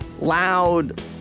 loud